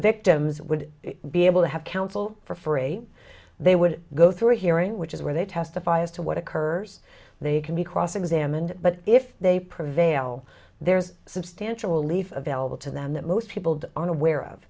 victims would be able to have counsel for free they would go through a hearing which is where they testify as to what occurs they can be cross examined but if they prevail there's substantial aletha vailable to them that most people aren't aware of